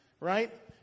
Right